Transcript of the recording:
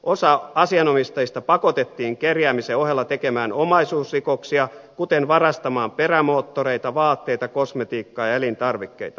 osa asianomistajista pakotettiin kerjäämisen ohella tekemään omaisuusrikoksia kuten varastamaan perämoottoreita vaatteita kosmetiikkaa ja elintarvikkeita